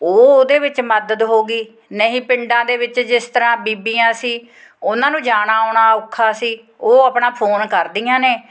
ਉਹ ਉਹਦੇ ਵਿੱਚ ਮਦਦ ਹੋ ਗਈ ਨਹੀਂ ਪਿੰਡਾਂ ਦੇ ਵਿੱਚ ਜਿਸ ਤਰ੍ਹਾਂ ਬੀਬੀਆਂ ਸੀ ਉਹਨਾਂ ਨੂੰ ਜਾਣਾ ਆਉਣਾ ਔਖਾ ਸੀ ਉਹ ਆਪਣਾ ਫੋਨ ਕਰਦੀਆਂ ਨੇ